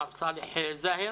מר סאלח זאהר.